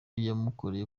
yamukoreye